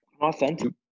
Authentic